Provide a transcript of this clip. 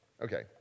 Okay